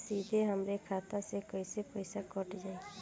सीधे हमरे खाता से कैसे पईसा कट जाई?